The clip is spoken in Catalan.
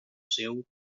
seu